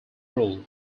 rule